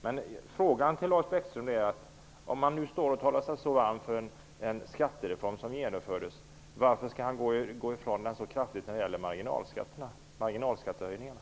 Men jag skulle vilja fråga: Om Lars Bäckström talar sig varm för den skattereform som genomfördes, varför skall han gå ifrån den så kraftigt när det gäller marginalskattehöjningarna?